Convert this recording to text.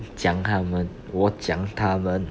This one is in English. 讲她们我讲她们